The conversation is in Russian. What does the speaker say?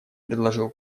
предложил